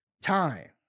time